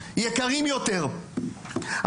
אני